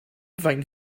faint